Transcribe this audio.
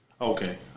Okay